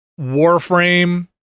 Warframe